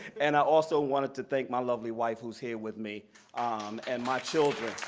and also wanted to thank my lovely wife, who's here with me um and my children,